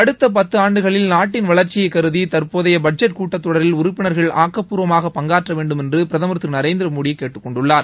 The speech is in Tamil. அடுத்த பத்து ஆண்டுகளில் நாட்டின் வளர்ச்சியை கருதி தற்போதைய பட்ஜெட் கூட்டத்தொடரில் உறுப்பினர்கள் ஆக்கப்பூர்வமாக பங்காற்ற வேண்டுமென்று பிரதமர் திரு நரேந்திரமோடி கேட்டுக் கொண்டுள்ளார்